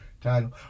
title